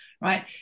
right